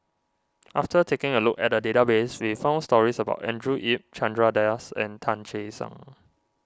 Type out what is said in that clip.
after taking a look at the database we found stories about Andrew Yip Chandra Das and Tan Che Sang